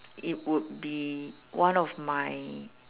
it would be one of my